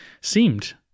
seemed